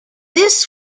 this